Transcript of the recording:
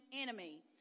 enemy